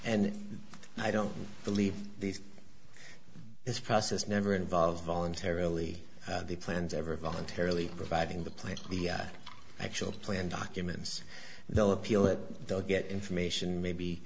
and i don't believe these this process never involved voluntarily plans ever voluntarily providing the plan the actual plan documents they'll appeal it they'll get information maybe